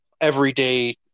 everyday